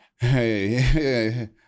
Hey